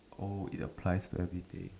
oh it applies to everyday